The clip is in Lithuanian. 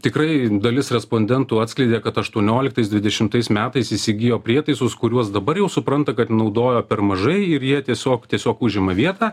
tikrai dalis respondentų atskleidė kad aštuonioliktais dvidešimtais metais įsigijo prietaisus kuriuos dabar jau supranta kad naudojo per mažai ir jie tiesiog tiesiog užima vietą